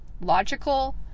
logical